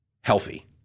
healthy